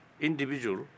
individual